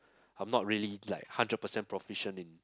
I'm not really like hundred percent proficient in